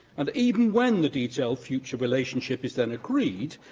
and even when the detailed future relationship is then agreed,